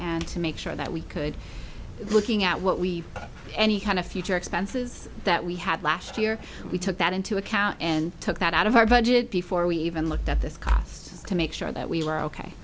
and to make sure that we could looking at what we any kind of future expenses that we had last year we took that into account and took that out of our budget before we even looked at this costs to make sure that we were ok